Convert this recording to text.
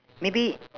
maybe